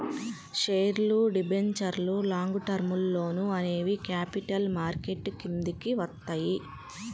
షేర్లు, డిబెంచర్లు, long term లోన్లు అనేవి క్యాపిటల్ మార్కెట్ కిందికి వత్తయ్యి